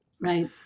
Right